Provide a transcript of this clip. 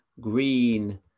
green